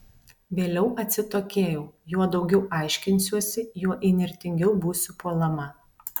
vėliau atsitokėjau juo daugiau aiškinsiuosi juo įnirtingiau būsiu puolama